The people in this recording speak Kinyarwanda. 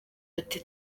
ati